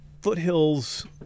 foothills